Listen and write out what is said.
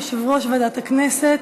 יושב-ראש ועדת הכנסת.